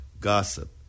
gossip